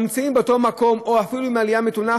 נמצאים באותו מקום או אפילו עם עלייה מתונה,